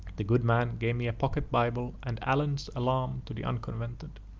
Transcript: the good man gave me a pocket bible and allen's alarm to the unconverted.